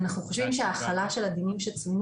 אנחנו חושבים שהחלה של הדינים שצוינו